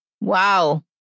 wow